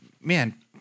man